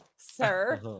Sir